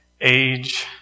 age